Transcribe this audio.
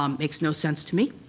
um makes no sense to me.